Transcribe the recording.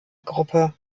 gruppe